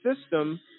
system